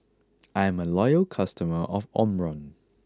I'm a loyal customer of Omron